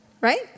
Right